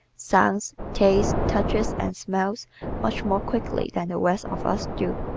sounds, tastes, touches and smells much more quickly than the rest of us do.